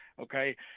Okay